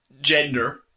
gender